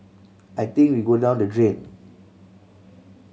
I think we'd go down the drain